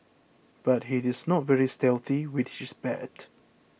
but he is not very stealthy which is bad